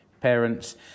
parents